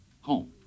Home